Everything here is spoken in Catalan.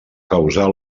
causar